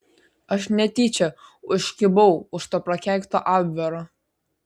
aš netyčia užkibau už to prakeikto abvero